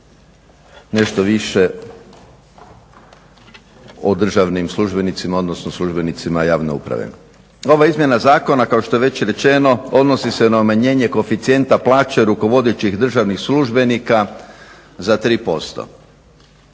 nešto više o državnim službenicima odnosno službenicima javne uprave. Ova izmjena zakona kao što je već rečeno odnosi se na umanjenje koeficijenata plaće rukovodećih državnih službenika za 3%.